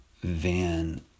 Van